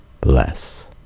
bless